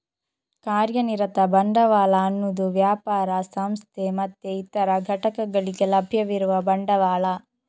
ಕಾರ್ಯನಿರತ ಬಂಡವಾಳ ಅನ್ನುದು ವ್ಯಾಪಾರ, ಸಂಸ್ಥೆ ಮತ್ತೆ ಇತರ ಘಟಕಗಳಿಗೆ ಲಭ್ಯವಿರುವ ಬಂಡವಾಳ